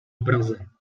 obraze